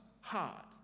hard